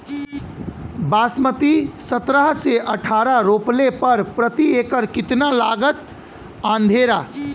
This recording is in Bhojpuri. बासमती सत्रह से अठारह रोपले पर प्रति एकड़ कितना लागत अंधेरा?